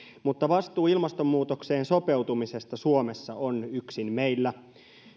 mutta vastuu ilmastonmuutokseen sopeutumisesta suomessa on yksin meillä